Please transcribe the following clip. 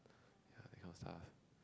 ya that kind of stuff